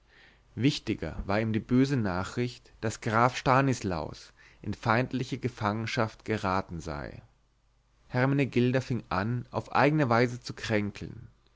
wichtiger war ihm die böse nachricht daß graf stanislaus in feindliche gefangenschaft geraten sei hermenegilda fing an auf eigne weise zu kränkeln